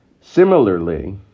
Similarly